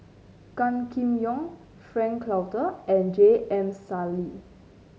Gan Kim Yong Frank Cloutier and J M Sali